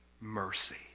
mercy